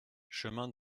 chemin